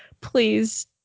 please